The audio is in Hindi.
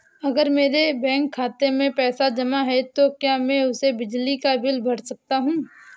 अगर मेरे बैंक खाते में पैसे जमा है तो क्या मैं उसे बिजली का बिल भर सकता हूं?